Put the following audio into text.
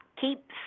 keep